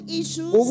issues